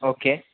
okay